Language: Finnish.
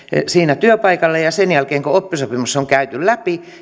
siinä työpaikalla ja ja sen jälkeen kun oppisopimus on käyty läpi